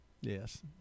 Yes